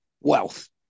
wealth